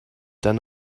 then